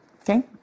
Okay